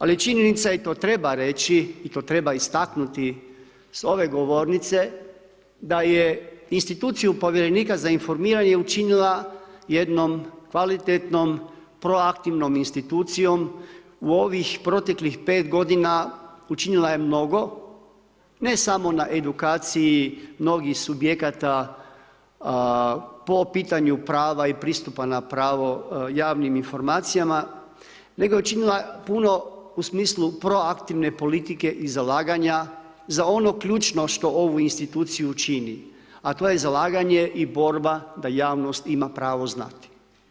Ali je činjenica i to treba reći i to treba istaknuti s ove govornice da je instituciju povjerenika za informiranje učinila jednom kvalitetnom proaktivnom institucijom u ovih proteklih 5 godina učinila je mnogo, ne samo na edukaciji mnogih subjekata po pitanju prava i pristupa na pravo javnim informacijama, nego je učinila puno u smislu proaktivne politike i zalaganja za ono ključno što ovu instituciju čini, a to je zalaganje i borba da javnost ima pravo znati.